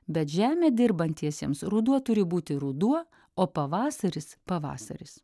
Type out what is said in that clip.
bet žemę dirbantiesiems ruduo turi būti ruduo o pavasaris pavasaris